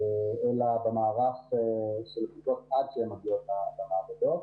אלא במערך של הבדיקות עד שהן מגיעות למעבדות.